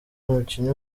umukinnyi